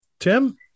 Tim